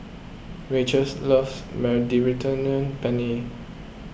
Rachael's loves Mediterranean Penne